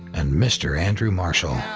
and mr. andrew marshall.